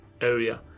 area